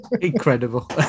Incredible